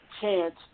chance